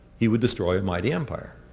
he would destroy a mighty empire.